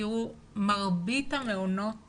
מרבית המעונות